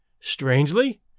Strangely